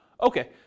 okay